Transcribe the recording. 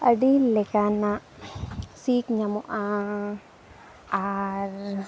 ᱟᱹᱰᱤ ᱞᱮᱠᱟᱱᱟᱜ ᱥᱤᱠ ᱧᱟᱢᱚᱜᱼᱟ ᱟᱨ